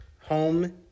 home